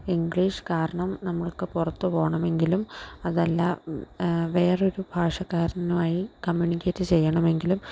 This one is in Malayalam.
ഇംഗ്ലീഷ് കാരണം നമ്മൾക്കു പുറത്തു പോകണമെങ്കിലും അതല്ല വേറൊരു ഭാഷക്കാരനുമായി കമ്മ്യൂണിക്കേറ്റ് ചെയ്യണമെങ്കിലും